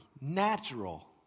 natural